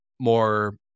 more